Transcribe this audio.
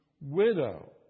widow